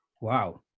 Wow